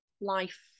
life